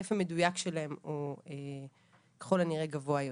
ההיקף המדויק שלהם הוא, ככול הנראה, גבוה יותר.